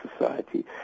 society